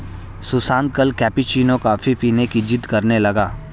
सुशांत कल cappuccino coffee पीने की जिद्द करने लगा